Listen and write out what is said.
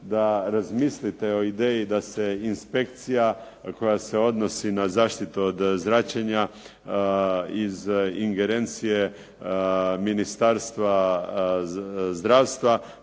da razmislite o ideji da se inspekcija koja se odnosi na zaštitu od zračenja iz ingerencije Ministarstva zdravstva